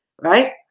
right